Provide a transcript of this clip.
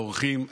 האורחים,